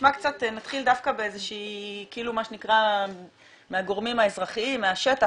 נתחיל דווקא מהגורמים האזרחיים, מהשטח.